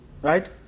Right